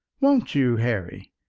won't you, harry?